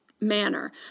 manner